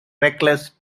reckless